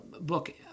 book